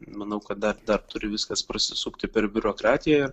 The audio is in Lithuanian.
manau kad dar dar turi viskas prasisukti per biurokratiją